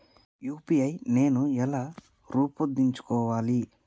UPI నేను ఎలా రూపొందించుకోవాలి?